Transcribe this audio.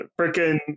freaking